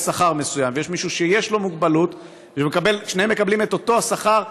שכר מסוים ויש מישהו שיש לו מוגבלות ושניהם מקבלים את אותו השכר,